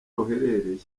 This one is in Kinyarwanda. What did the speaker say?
ruherereye